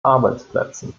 arbeitsplätzen